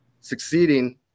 succeeding